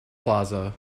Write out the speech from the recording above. plaza